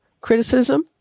criticism